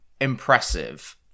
impressive